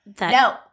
no